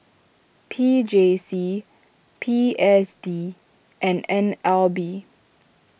P J C P S D and N L B